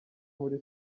muri